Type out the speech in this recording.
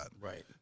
Right